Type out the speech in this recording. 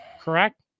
correct